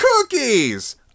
Cookies